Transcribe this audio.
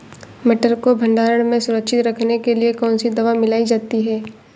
मटर को भंडारण में सुरक्षित रखने के लिए कौन सी दवा मिलाई जाती है?